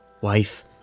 Wife